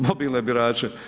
Mobilne birače.